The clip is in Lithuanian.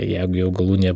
jeigu jau galūnė